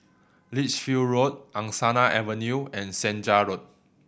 Lichfield Road Angsana Avenue and Senja Road